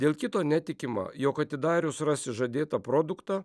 dėl kito netikima jog atidarius rasi žadėtą produktą